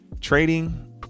trading